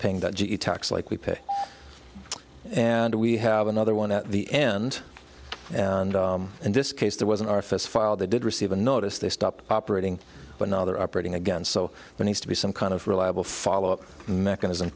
paying that tax like we pay and we have another one at the end and in this case there was an office filed they did receive a notice they stopped operating but now they're operating again so we need to be some kind of reliable follow up mechanism